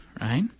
right